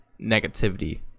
negativity